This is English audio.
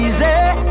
easy